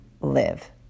live